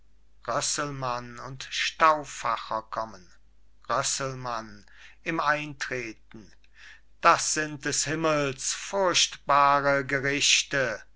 und stauffacher kommen rösselmann im eintreten das sind des himmels furchtbare gerichte